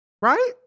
Right